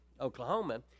Oklahoma